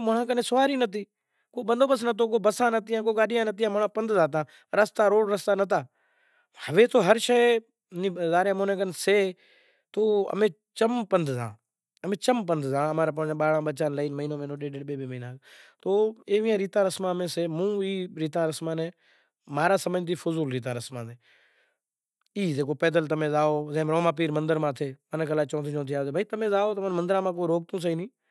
سرشٹی ماں زاتو رہیسے مرتیو تھی زائیسے تو ہوے تو تھی گیو مرنڑو ہوے شمشان ماں لئی زانڑ بھی ضروری سے جم ماں را ماں مڑہ نے اتا رے امیں پرتھوی سما آلاساں پنڑ اماں را ماں